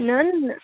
न न